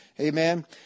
Amen